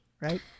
right